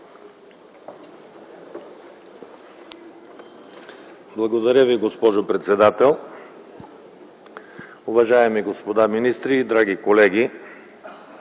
Благодаря Ви, госпожо председател. Уважаеми господа министри, драги колеги,